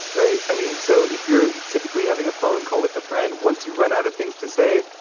right? i mean, so if you're typically having a phone call with a friend, once you run out of things to say,